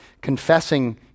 confessing